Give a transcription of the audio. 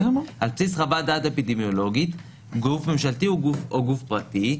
על בסיס חוות דעת אפידמיולוגית גוף ממשלתי או גוף פרטי,